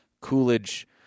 Coolidge